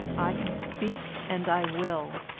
i can speak and i will.